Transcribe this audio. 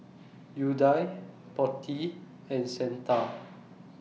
Udai Potti and Santha